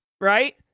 right